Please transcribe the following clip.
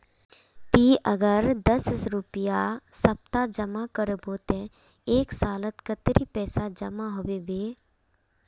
ती अगर दस रुपया सप्ताह जमा करबो ते एक सालोत कतेरी पैसा जमा होबे बे?